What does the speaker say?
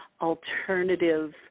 alternative